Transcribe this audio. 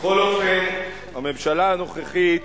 בכל אופן, הממשלה הנוכחית